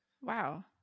Wow